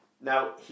Now